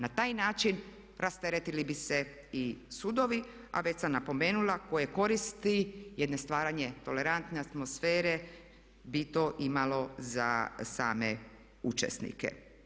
Na taj način rasteretili bi se i sudovi, a već sam napomenula koje koristi jedne stvaranje tolerantne atmosfere bi to imalo za same učesnike.